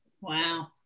Wow